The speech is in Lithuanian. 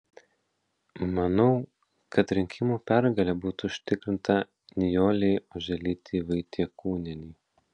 manau kad rinkimų pergalė būtų užtikrinta nijolei oželytei vaitiekūnienei